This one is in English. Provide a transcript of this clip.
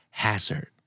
hazard